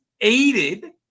aided